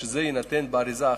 אז שזה יינתן באריזה אחת,